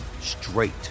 straight